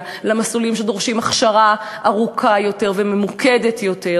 למסלולים שדורשים הכשרה ארוכה יותר וממוקדת יותר.